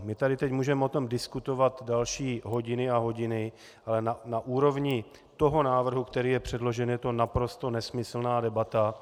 My tady teď můžeme o tom diskutovat další hodiny a hodiny, ale na úrovni toho návrhu, který je předložen, je to naprosto nesmyslná debata.